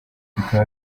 bikaba